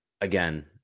Again